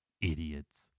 Idiots